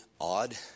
odd